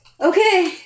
Okay